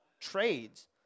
trades